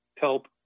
help